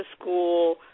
school